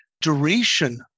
duration